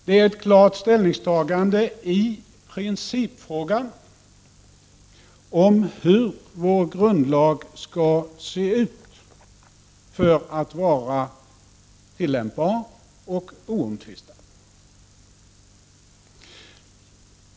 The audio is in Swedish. Det är ett klart ställningstagande i principfrågan om hur vår grundlag skall se ut för att vara tillämpbar och oomtvistad.